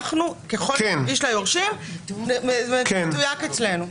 ככל שהוא יגיש ליורשים, זה יתויק אצלנו.